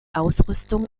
ausrüstung